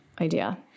idea